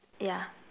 yeah